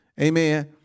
Amen